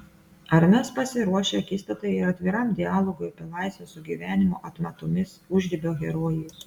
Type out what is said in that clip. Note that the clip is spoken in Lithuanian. ar mes pasiruošę akistatai ir atviram dialogui apie laisvę su gyvenimo atmatomis užribio herojais